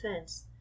fence